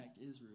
Israel